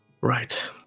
Right